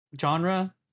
genre